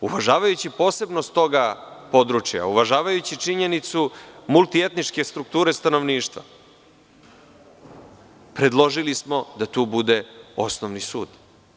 Uvažavajući posebnost tog područja, uvažavajući činjenicu multietničke strukture stanovništva, predložili smo da tu bude osnovni sud.